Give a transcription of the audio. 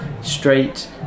straight